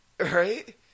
Right